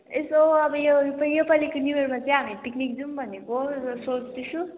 यसो अब यो यो पालिको न्यू इयरमा चाहिँ हामी पिकनिक जाउँ भनेको र सोच्दैछु